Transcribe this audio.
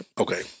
Okay